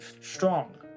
Strong